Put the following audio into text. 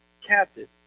captive